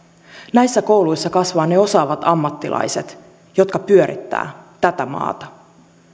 näissä kouluissa kasvavat ne osaavat ammattilaiset jotka pyörittävät tätä maata